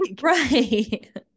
Right